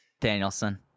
danielson